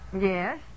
Yes